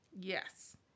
yes